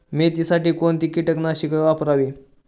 मेथीसाठी कोणती कीटकनाशके वापरावी?